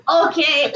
okay